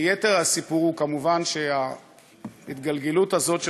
ויתר הסיפור הוא כמובן שההתגלגלות הזאת של